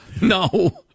no